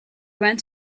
went